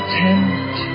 tent